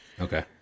Okay